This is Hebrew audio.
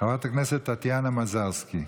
חברת הכנסת טטיאנה מזרסקי.